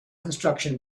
construction